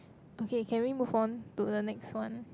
okay can we move on to the next one